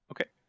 Okay